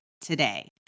today